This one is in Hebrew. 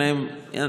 אין להן אינטרנט,